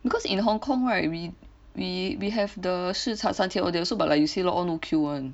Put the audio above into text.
because in Hong kong right we we we have the 吃茶三千 there also but like you said lor all no queue [one]